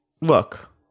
Look